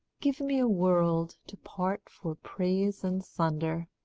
give me a world, to part for praise and sunder.